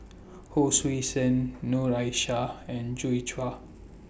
Hon Sui Sen Noor Aishah and Joi Chua